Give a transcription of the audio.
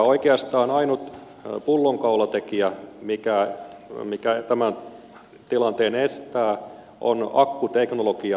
oikeastaan ainut pullonkaulatekijä mikä tämän tilanteen estää ovat akkuteknologiat